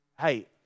Hey